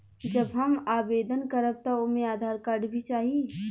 जब हम आवेदन करब त ओमे आधार कार्ड भी चाही?